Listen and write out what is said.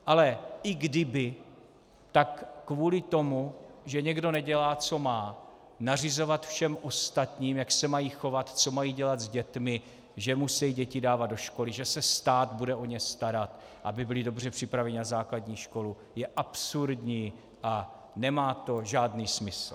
Ale i kdyby, tak kvůli tomu, že někdo nedělá, co má, nařizovat všem ostatním, jak se mají chovat, co mají dělat s dětmi, že musejí dávat děti do školy, že se stát bude o ně starat, aby byly dobře připraveny na základní školu, je absurdní a nemá to žádný smysl.